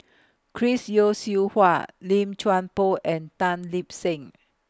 Chris Yeo Siew Hua Lim Chuan Poh and Tan Lip Seng